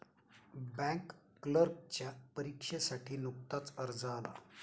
bank क्लर्कच्या परीक्षेसाठी नुकताच अर्ज आला